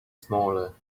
smaller